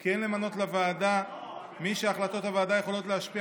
כי אין למנות לוועדה מי שהחלטות הוועדה יכולות להשפיע